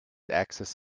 axis